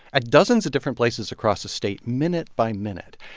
at dozens of different places across the state, minute by minute.